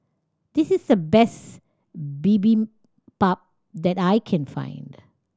this is the best Bibimbap that I can find